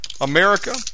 America